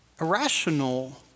irrational